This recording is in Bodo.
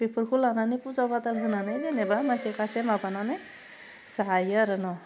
बेफोरखौ लानानै फुजा फाथाल होनानै जेनेबा मानसि सासे माबानानै जा हायो आरो न'